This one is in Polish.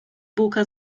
bułka